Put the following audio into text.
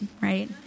right